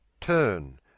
Turn